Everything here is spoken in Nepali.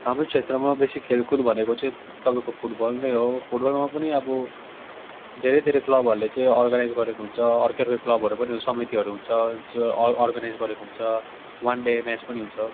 हाम्रो क्षेत्रमा बेसी खेलकुद भनेको चाहिँ तपाईँको फुटबल नै हो फुटबलमा पनि अब धेरै धेरै क्लबहरूले चाहिँ अर्गनाइज गरेको हुन्छ अर्कै अर्कै क्लबहरू पनि समितिहरू हुन्छ जो अर्गनाइज गरेको हुन्छ वान डे म्याच पनि हुन्छ